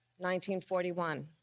1941